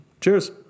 Cheers